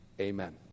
Amen